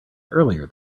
earlier